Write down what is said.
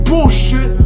Bullshit